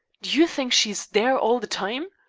you think she is there all the time?